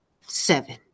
seven